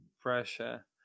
Pressure